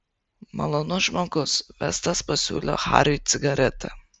malonus žmogus vestas pasiūlė hariui cigaretę